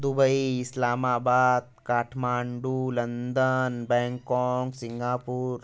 Dubai Islamabad Kathmandu London Bangkok Singapore